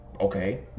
okay